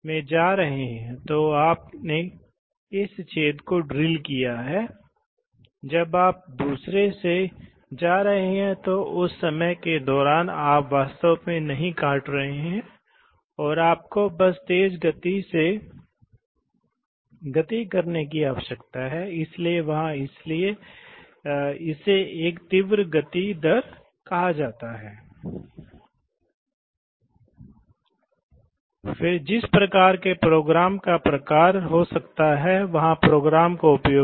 इसलिए जैसा कि मैं कह रहा था कि यह एक है आपके पास एक सुरक्षा अनुप्रयोग हो सकता है इसलिए इस सुरक्षा अनुप्रयोग में आप केवल तभी जानते हैं जब ये दोनों दबाव लागू होते हैं इस सिलेंडर से दबाव मिलता है इसलिए यह स्थानांतरित नहीं हो सकता है इसलिए उदाहरण के लिए क्या कुछ न्यूमेटिक्स सिलेंडर नीचे आ रहा है और संभवत कुछ दबा रहा है किसी चीज़ पर मुहर लगा रहा है इसलिए आपको यह सुनिश्चित करने की आवश्यकता है कि जब वह गलती से मुद्रांकन कर रहा है तो आपका हाथ नहीं है आपका हाथ RAM पर नहीं आता है इसलिए आप ऐसा कर सकते हैं इसलिए यदि आप RAM को स्थानांतरित करना चाहते हैं जो कि सिलेंडर का मूवमेंट है तो आपको इन दोनों स्विच को दबाना होगा